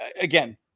again